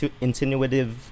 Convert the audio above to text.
intuitive